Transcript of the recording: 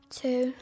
two